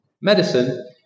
medicine